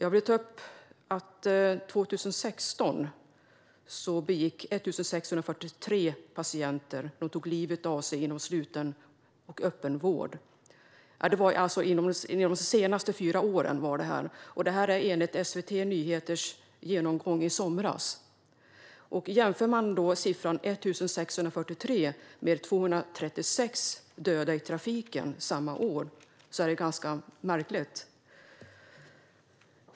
År 2016 hade 1 643 patienter tagit livet av sig inom sluten och öppen vård under de senaste fyra åren, enligt SVT Nyheters genomgång från i somras. Jämför man siffran 1 643 med de 236 döda i trafiken samma år blir det ganska märkligt.